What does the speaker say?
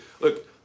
look